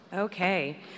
Okay